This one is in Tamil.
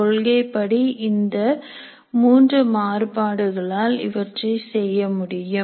கொள்கைப்படி இந்த மூன்று மாறுபாடுகளால் இவற்றை செய்ய முடியும்